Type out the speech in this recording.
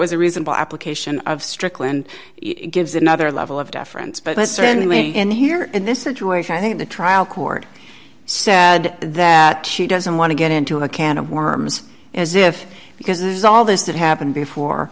was a reasonable application of strickland gives another level of deference but certainly in here in this situation i think the trial court said that she doesn't want to get into a can of worms as if because there's all this that happened before